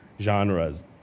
genres